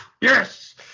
yes